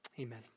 Amen